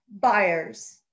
buyers